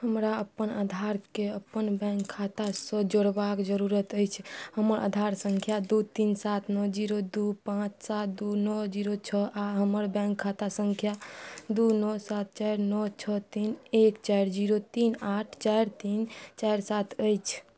हमरा अपन आधारके अपन बैँक खातासँ जोड़बाक जरूरत अछि हमर आधार सँख्या दुइ तीन सात नओ जीरो दुइ पाँच सात दुइ नओ जीरो छओ आओर हमर बैँक खाता सँख्या दुइ नओ सात चारि नओ छओ तीन एक चारि जीरो तीन आठ चारि तीन चारि सात अछि